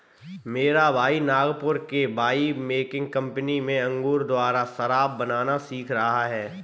मेरा भाई नागपुर के वाइन मेकिंग कंपनी में अंगूर द्वारा शराब बनाना सीख रहा है